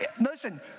Listen